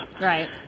Right